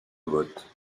vote